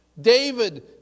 David